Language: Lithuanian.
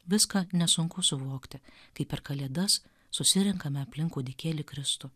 viską nesunku suvokti kaip per kalėdas susirenkame aplink kūdikėlį kristų